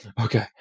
Okay